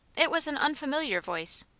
it was an unfamiliar voice.